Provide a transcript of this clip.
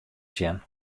sjen